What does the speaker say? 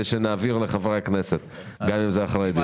שנעביר לחברי הכנסת גם אם זה אחרי הדיון.